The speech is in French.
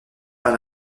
par